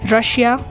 Russia